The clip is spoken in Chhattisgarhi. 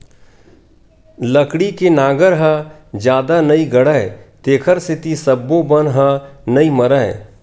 लकड़ी के नांगर ह जादा नइ गड़य तेखर सेती सब्बो बन ह नइ मरय